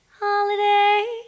Holiday